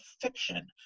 fiction